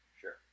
Sure